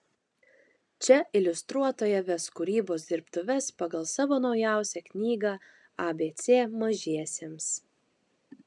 čia iliustruotoja ves kūrybos dirbtuves pagal savo naujausią knygą abc mažiesiems